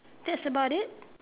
that's about it